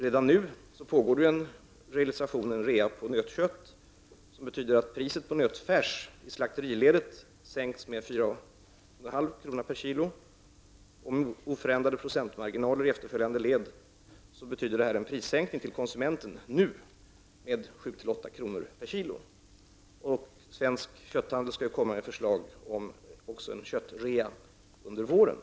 Redan nu pågår en realisation på nötkött, vilket betyder att priset på nötfärs i slakteriledet sänks med 4:50 kr. per kilo. Med oförändrade procentmarginaler i efterföljande led innebär detta en sänkning av konsumentens pris med 7--8 kr. per kilo. Svensk kötthandel skall även komma med förslag om en köttrea under våren.